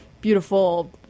beautiful